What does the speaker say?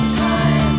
time